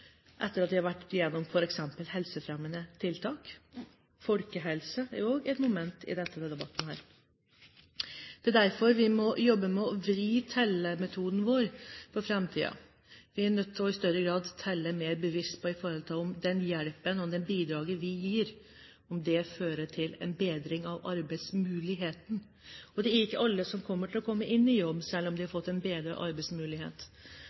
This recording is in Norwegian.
etter at de har vært gjennom f.eks. helsefremmende tiltak. Folkehelse er også et moment i denne debatten. Det er derfor vi for framtiden må jobbe med å vri tellemetoden vår. Vi er i større grad nødt til å telle mer bevisst med tanke på om den hjelpen og det bidraget vi gir, fører til en bedring av arbeidsmuligheten. Det er ikke alle som kommer til å komme inn i jobb selv om de har fått en bedre arbeidsmulighet.